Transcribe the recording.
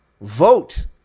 vote